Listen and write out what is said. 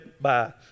Bye